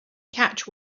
catch